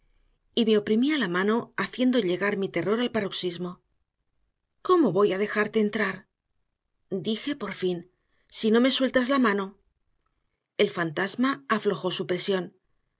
entrar y me oprimía la mano haciendo llegar mi terror al paroxismo cómo voy a dejarte entrar dije por fin si no me sueltas la mano el fantasma aflojó su presión